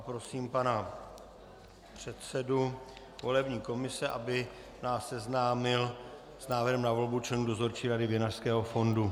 Prosím pana předsedu volební komise, aby nás seznámil s návrhem na volbu členů Dozorčí rady Vinařského fondu.